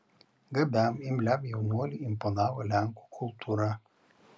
gabiam imliam jaunuoliui imponavo lenkų kultūra